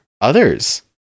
others